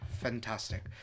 fantastic